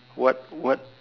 what what uh